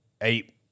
eight